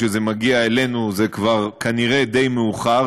כשזה מגיע אלינו זה כבר כנראה די מאוחר,